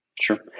Sure